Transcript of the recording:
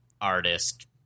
artist